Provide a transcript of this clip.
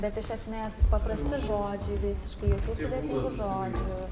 bet iš esmės paprasti žodžiai visiškai